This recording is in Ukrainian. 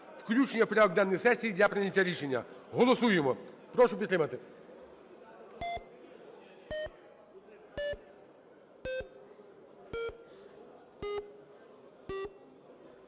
Включення в порядок денний сесії для прийняття рішення. Голосуємо, прошу підтримати.